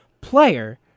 player